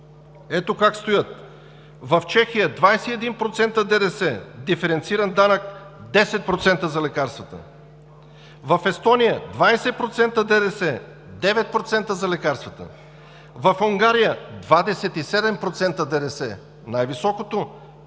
Ето как стоят: в Чехия – 21% ДДС, диференциран данък 10% за лекарствата; в Естония – 20% ДДС, 9% за лекарствата; в Унгария – 27% ДДС, най-високото,